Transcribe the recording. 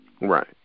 Right